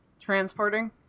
Transporting